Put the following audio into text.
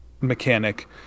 mechanic